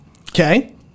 Okay